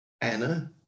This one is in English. Anna